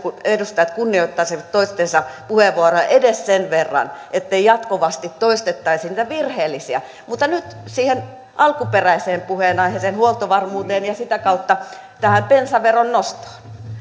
edustajat kunnioittaisivat toistensa puheenvuoroja edes sen verran ettei jatkuvasti toistettaisi niitä virheellisiä kohtia mutta nyt siihen alkuperäiseen puheenaiheeseen huoltovarmuuteen ja sitä kautta tähän bensaveron nostoon